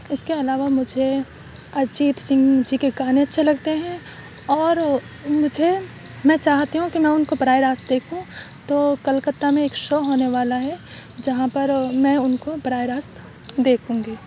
اس کے علاوہ مجھے ارجیت سنگھ جی کے گانے اچھے لگتے ہیں اور مجھے میں چاہتی ہوں کہ میں ان کو براہ راست دیکھوں تو کلکتہ میں ایک شو ہونے والا ہے جہاں پر میں ان کو براہ راست دیکھوں گی